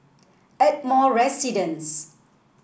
Ardmore Residence